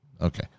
okay